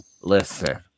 Listen